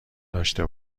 داشته